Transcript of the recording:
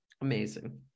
amazing